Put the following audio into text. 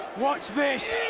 watch this.